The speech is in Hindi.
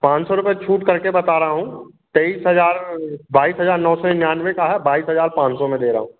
पाँच सौ रुपये छूट करके बता रहा हूँ तेईस हज़ार बाईस हज़ार नौ सौ निन्यानवे का है बाईस हज़ार पाँच सौ में दे रहा हूँ